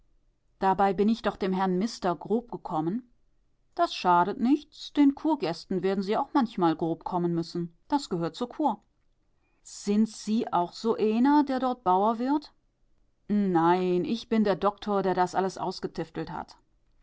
dabei bin ich doch dem herrn mister grob gekommen das schadet nichts den kurgästen werden sie auch manchmal grob kommen müssen das gehört zur kur sind sie auch so eener der dort bauer wird nein ich bin der doktor der alles ausgetiftelt hat